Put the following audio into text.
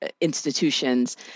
institutions